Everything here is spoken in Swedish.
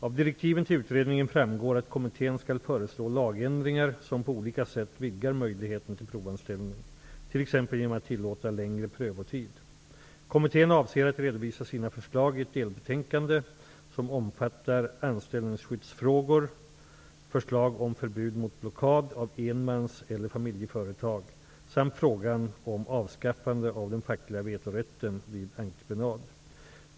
Av direktiven till utredningen framgår att kommittén skall föreslå lagändringar som på olika sätt vidgar möjligheten till provanställning, t.ex. genom att tillåta längre prövotid. Kommittén avser att redovisa sina förslag i ett delbetänkande som omfattar anställningsskyddsfrågor, förslag om förbud mot blockad av enmans eller familjeföretag samt frågan om avskaffande av den fackliga vetorätten vid entreprenad.